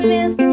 Miss